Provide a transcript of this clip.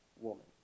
woman